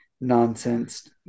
nonsense